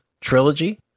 Trilogy